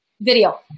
Video